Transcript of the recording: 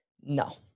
No